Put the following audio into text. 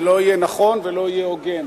זה לא יהיה נכון ולא יהיה הוגן.